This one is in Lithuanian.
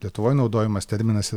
lietuvoj naudojamas terminas yra